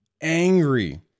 angry